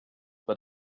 but